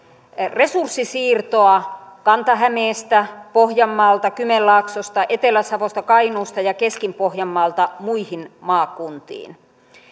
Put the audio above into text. resurssinsiirtoa kanta hämeestä pohjanmaalta kymenlaaksosta etelä savosta kainuusta ja keski pohjanmaalta muihin maakuntiin